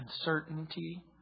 uncertainty